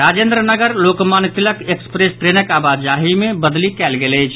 Rajendra Nagar Lokmanya Tilak express ट्रेनक आवाजाही मे बदलि कयल गेल अछि